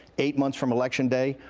eight months from election day,